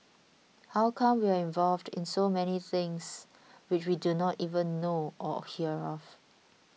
how come we are involved in so many things which we do not even know or hear of